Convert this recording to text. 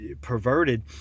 perverted